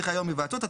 נו, כן.